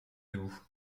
debout